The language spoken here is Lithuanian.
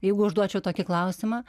jeigu užduočiau tokį klausimą